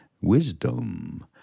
wisdom